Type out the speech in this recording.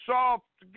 Soft